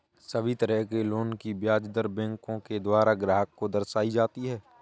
सभी तरह के लोन की ब्याज दर बैंकों के द्वारा ग्राहक को दर्शाई जाती हैं